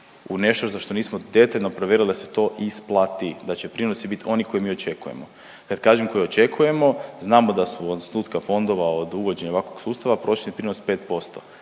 u nešto za što nismo detaljno provjerili da se to isplati, da će prinosi biti oni koje mi očekujemo. Kad kažem koje očekujemo znamo da su od osnutka fondova, od uvođenja ovakvog sustava prosječni prinos 5%.